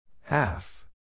Half